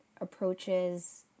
approaches